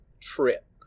Trip